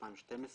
להציג את